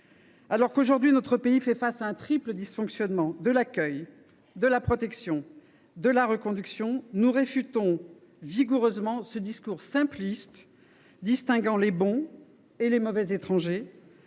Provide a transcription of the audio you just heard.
Alors que notre pays fait face à un triple dysfonctionnement – de l’accueil, de la protection et de la reconduction –, nous réfutons vigoureusement ce discours simpliste distinguant les « bons » et les « mauvais » étrangers,